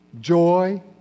joy